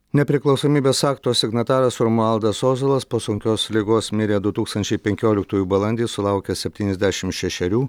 nepriklausomybės akto signataras romualdas ozolas po sunkios ligos mirė du tūkstančiai penkioliktųjų balandį sulaukęs septyniasdešimt šešerių